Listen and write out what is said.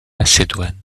macédoine